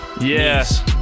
Yes